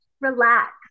relax